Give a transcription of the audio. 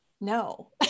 no